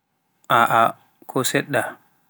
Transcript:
aa, ko seɗɗa